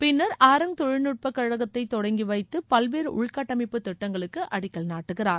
பின்னா் ஆராங்க் தொழில்நுட்பக் கழகத்தை தொடங்கி வைத்து பல்வேறு உள்கட்டமைப்பு திட்டங்களுக்கு அடிக்கல் நாட்டுகிறார்